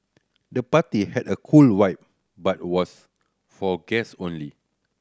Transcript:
the party had a cool vibe but was for guest only